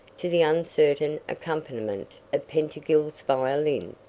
to the uncertain accompaniment of pettingill's violin,